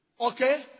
Okay